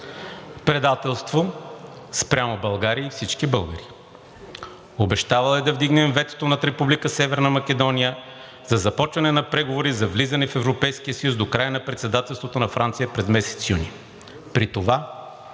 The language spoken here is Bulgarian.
Предателство спрямо България и всички българи. Обещавал е да вдигнем ветото над Република Северна Македония за започване на преговори за влизане в Европейския съюз до края на Председателството на Франция през месец юни. При това